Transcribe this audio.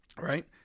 right